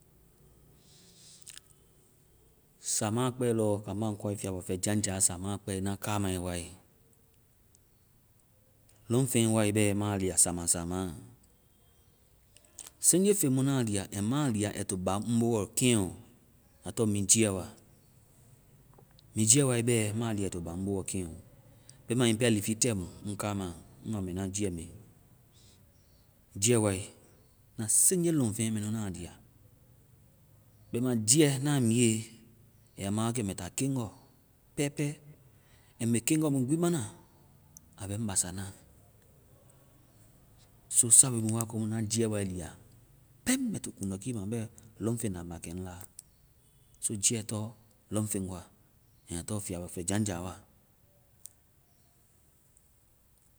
saama kpɛe lɔ, kaamba aa kɔe fiabɔ fɛjaŋjaŋ saama kpɛe, na kamae wae. Lɔŋfeŋ bɛ ma lia saama saama. Seŋnje feŋmu ŋna a lia and ŋma a lia ai to baŋ ŋ booɔ ɔɔ keŋɔ, aa tɔŋ mi tea wa. Mi tea wae bɛ, ma lia ai to baŋ ŋ boɔ kɛŋɔ. bɛma hiŋi pɛ liifi tɛ mu ŋ kaama, ŋ wa mɛ na jiiɛ mi. jiiɛ wae, na seŋje lɔŋfeŋ mɛ nu na lia. B̍ɛma jiiɛ, na miie, a ya ma wa kɛ mɛ ta keŋngɔ pɛpɛ. And mbɛ keŋgɔɔ mu gbi ma na, aa bɛ ŋ basa na. So sabu mu wa komu na jiiɛ lia pɛŋ mɛ to kuŋdɔkiima bɛ lɔŋfeŋ la mbɛ aa kɛ ŋ la. So jiiɛ tɔŋ lɔŋfeŋ wa. And aa tɔŋ fiabɔ fɛjaŋjaŋ wa.